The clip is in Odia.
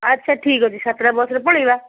ଆଚ୍ଛା ଠିକ୍ ଅଛି ସାତଟା ବସ୍ରେ ପଳାଇବା